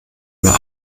mehr